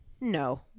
No